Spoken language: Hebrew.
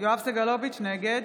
נגד